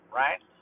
right